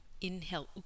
Inhale